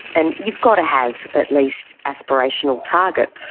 and you've got to have at least aspirational targets,